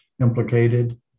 implicated